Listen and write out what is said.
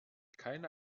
keine